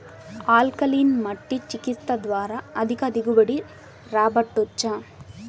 alkaline మట్టి చికిత్స ద్వారా అధిక దిగుబడి రాబట్టొచ్చా